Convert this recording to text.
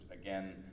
again